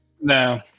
No